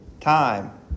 time